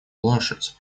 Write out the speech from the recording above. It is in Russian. лошадь